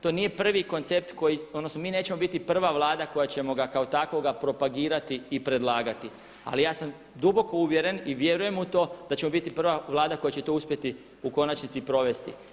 To nije prvi koncept koji, odnosno mi nećemo biti prva Vlada koja ćemo ga kao takvoga propagirati i predlagati ali ja sam duboko uvjeren i vjerujem u to da ćemo biti prva Vlada koja će to uspjeti u konačnici i provesti.